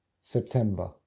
September